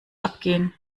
abgehen